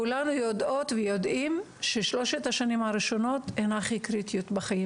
כולנו יודעות ויודעים ששלוש השנים הראשונות הן הכי קריטיות בחיים